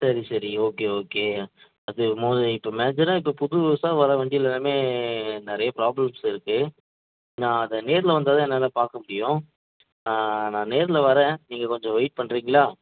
சரி சரி okay okay அது இப்போ மேஜராக இப்போ புதுசாக வர வண்டியில் எல்லாம் நிறைய ப்ராப்ளம்ஸ் இருக்கு நான் அதை நேரில் வந்தால் தான் என்னால் பார்க்க முடியும் நான் நேரில் வரேன் நீங்கள் கொஞ்சம் வெயிட் பண்ணுறீங்களா